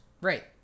Right